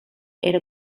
era